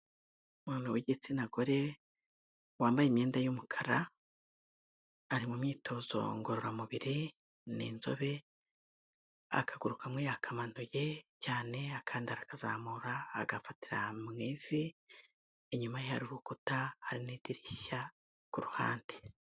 Umuntu w'igitsina gore wambaye imyenda y'umukara, ari mu myitozo ngororamubiri ni inzobe, akaguru kamwe yakamanuye cyane akandi arakazamura agafatira mu ivi, inyuma ye hari urukuta hari n'idirishya ku ruhande.